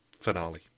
finale